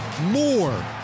More